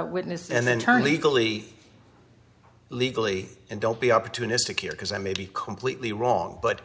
witness and then turn legally legally and don't be opportunistic here because i may be completely wrong but